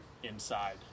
Inside